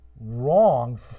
wrong